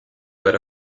were